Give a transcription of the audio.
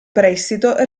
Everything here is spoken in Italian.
prestito